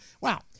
Wow